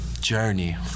journey